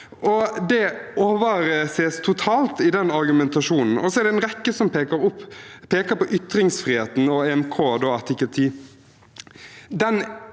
Det overses totalt i den argumentasjonen. Det er en rekke som peker på ytringsfriheten og artikkel 10